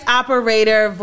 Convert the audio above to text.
operator